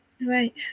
Right